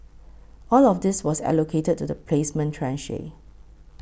all of this was allocated to the placement tranche